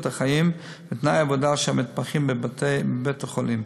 החיים ותנאי העבודה של המתמחים בבתי-החולים,